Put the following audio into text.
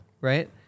right